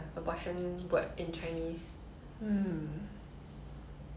what else have you been doing besides watching 韩国戏